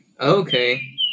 okay